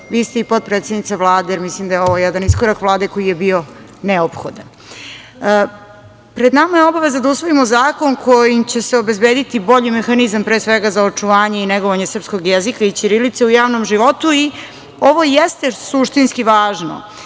vi ste i potpredsednica Vlade. Mislim da je ovo jedan iskorak Vlade koji je bio neophodan. Pred nama je obaveza da usvojimo zakon kojim će se obezbediti bolji mehanizam, pre svega za očuvanje i negovanje srpskog jezika i ćirilice u javnom životu. Ovo jeste suštinski važno,